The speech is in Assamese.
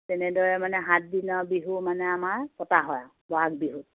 তেনেদৰে মানে সাতদিনৰ বিহু মানে আমাৰ পতা হয় ব'হাগ বিহুত